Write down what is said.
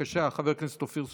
בבקשה, חבר הכנסת אופיר סופר.